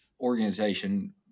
organization